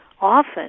Often